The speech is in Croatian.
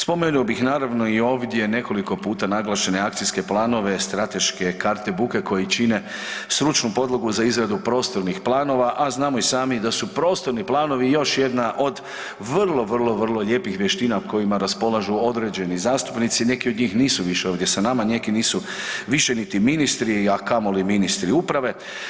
Spomenuo bih naravno i ovdje nekoliko puta naglašene akcijske planove, strateške karte buke koji čine stručnu podlogu za izradu prostornih planova, a znamo i sami da su i prostornih planova još jedna od vrlo, vrlo, vrlo lijepih vještina kojima raspolažu određenih zastupnici, neki od njih nisu više ovdje sa nama, neki nisu više ni ministri, a kamoli ministri uprave.